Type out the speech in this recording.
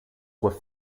were